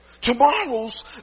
Tomorrow's